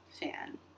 fan